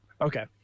Okay